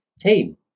Team